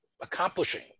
accomplishing